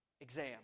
exam